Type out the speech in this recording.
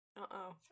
Uh-oh